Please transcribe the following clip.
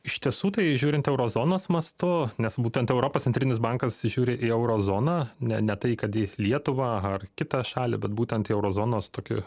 iš tiesų tai žiūrint euro zonos mastu nes būtent europos centrinis bankas žiūri į euro zoną ne ne tai kad į lietuvą ar kitą šalį bet būtent į euro zonos tokį